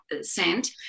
sent